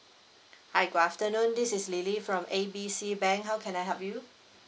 hi good afternoon this is lily from A B C bank how can I help you